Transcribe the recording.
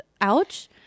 Ouch